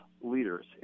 leaders